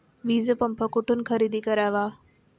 वीजपंप कुठून खरेदी करावा?